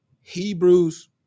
Hebrews